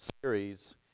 series